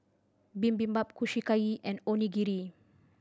Bibimbap Kushiyaki and Onigiri